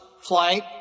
flight